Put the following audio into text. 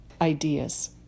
ideas